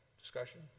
discussion